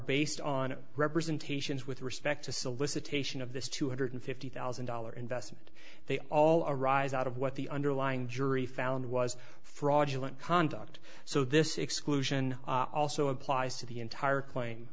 based on representations with respect to solicitation of this two hundred fifty thousand dollar investment they all arise out of what the underlying jury found was fraudulent conduct so this exclusion also applies to the entire cla